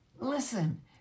listen